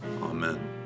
Amen